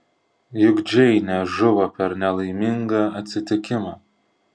juk džeinė žuvo per nelaimingą atsitikimą